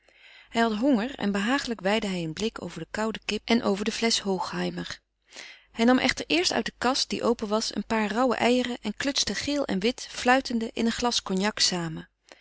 had honger en behagelijk weidde hij een blik over de koude kip en over de flesch hochheimer hij nam echter eerst uit de kast die open was een paar rauwe eieren en klutste geel en wit fluitende in een glas cognac samen